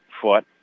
foot